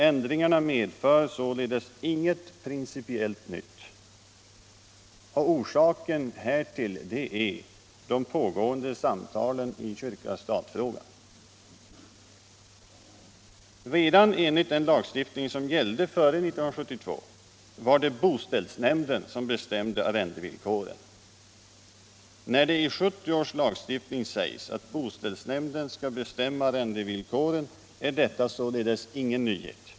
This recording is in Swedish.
Ändringarna medför således inget principiellt nytt. Orsaken härtill har varit de pågående samtalen i kyrka-stat-frågan. Redan enligt den lagstiftning som gällde före 1972 var det boställsnämnden som bestämde arrendevillkoren. När det i 1970 års lagstiftning sägs att boställsnämnden skall bestämma arrendevillkoren är detta således ingen nyhet.